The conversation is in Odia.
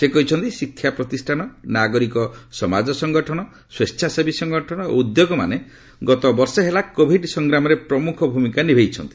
ସେ କହିଛନ୍ତି ଶିକ୍ଷା ପ୍ରତିଷାନ ନାଗରିକ ସମାଜ ସଙ୍ଗଠନ ସ୍ୱେଚ୍ଛାସେବୀ ସଙ୍ଗଠନ ଓ ଉଦ୍ୟୋଗମାନେ ଗତ ବର୍ଷେ ହେଲା କୋଭିଡ୍ ସଂଗ୍ରାମରେ ପ୍ରମୁଖ ଭୂମିକା ନିଭାଇଛନ୍ତି